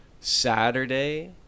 Saturday